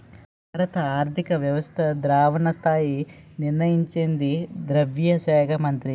భారత ఆర్థిక వ్యవస్థ ద్రవణ స్థాయి నిర్ణయించేది ద్రవ్య శాఖ మంత్రి